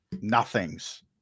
nothings